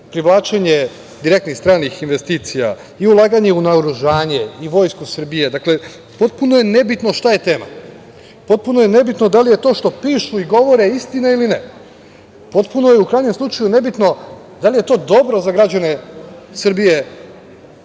privlačenje direktnih stranih investicija i ulaganje u naoružanje i u vojsku Srbije. Dakle, potpuno je nebitno šta je tema, potpuno je nebitno da li je to što pišu i govore istina ili ne. Potpuno je u krajnjem slučaju ne bitno da li je to dobro za građane Srbije